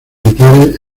militares